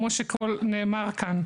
כמו שנאמר כאן.